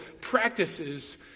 practices